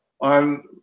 on